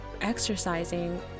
exercising